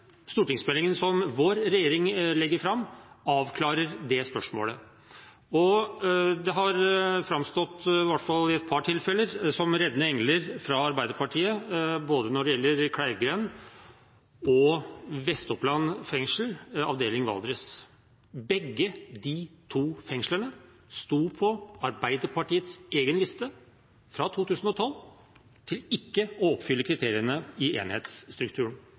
stortingsmeldingen, som vår regjering legger fram, avklarer det spørsmålet. Og det har framstått, i hvert fall i et par tilfeller, reddende engler fra Arbeiderpartiet, både når det gjelder Kleivgrend og Vestoppland fengsel, avdeling Valdres. Begge de to fengslene sto på Arbeiderpartiets egen liste fra 2012 til ikke å oppfylle kriteriene i enhetsstrukturen